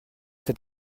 cet